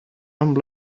amb